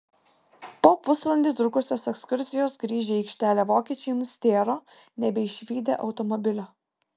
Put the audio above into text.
po pusvalandį trukusios ekskursijos grįžę į aikštelę vokiečiai nustėro nebeišvydę automobilio